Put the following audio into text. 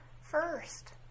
first